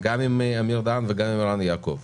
עם אמיר דהן ועם ערן יעקב.